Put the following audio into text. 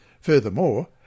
Furthermore